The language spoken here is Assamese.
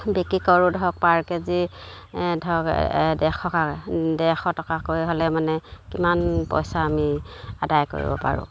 বিক্ৰী কৰোঁ ধৰক পাৰ কেজি ধৰক ডেৰশ টকাকৈ হ'লে মানে কিমান পইচা আমি আদায় কৰিব পাৰোঁ